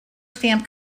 stamp